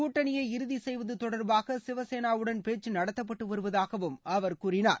கூட்டணியை இறுதி செய்வது தொடர்பாக சிவசேனாவுடன் பேச்சு நடத்தப்பட்டுவருவதாகவும் அவர் கூறினார்